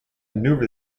maneuver